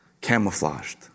camouflaged